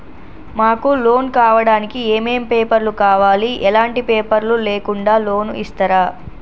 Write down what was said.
మాకు లోన్ కావడానికి ఏమేం పేపర్లు కావాలి ఎలాంటి పేపర్లు లేకుండా లోన్ ఇస్తరా?